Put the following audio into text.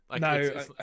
no